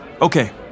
Okay